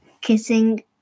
kissing